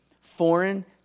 foreign